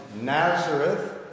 Nazareth